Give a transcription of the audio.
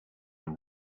the